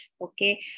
okay